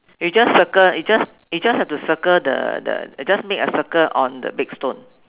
you just circle you just you just have to circle the the you just make a circle on the big stone